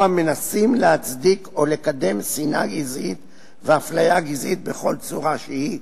או המנסים להצדיק או לקדם שנאה גזעית ואפליה גזעית בכל צורה שהיא,